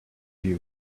you